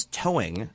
towing